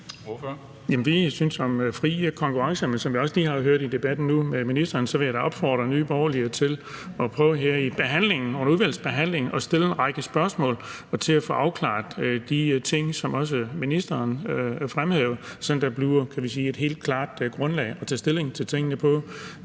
Vi synes om den frie konkurrence, men som jeg også lige har hørt i debatten med ministeren, vil jeg da opfordre Nye Borgerlige til at prøve under udvalgsbehandlingen at stille en række spørgsmål for at få afklaret de ting, som også ministeren fremhævede, så der bliver et helt klart grundlag at tage stilling til tingene på.